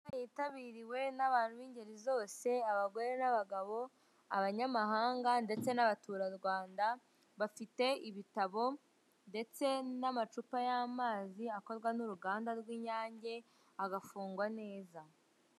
Inama yitabiriwe n'abantu b'ingeri zose abagore n'abagabo, abanyamahanga ndetse n'abaturarwanda bafite ibitabo, ndetse n'amacupa y'amazi akorwa n'uruganda rw'Inyange agafungwa neza.